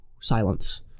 Silence